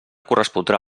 correspondrà